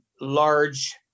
large